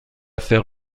faire